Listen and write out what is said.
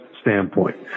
standpoint